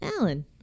alan